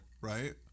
Right